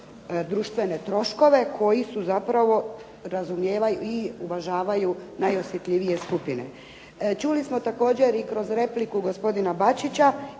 društvene troškove koji zapravo razumijevaju i uvažavaju najosjetljivije skupine. Čuli smo također i kroz repliku gospodina Bačića